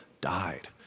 died